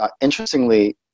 interestingly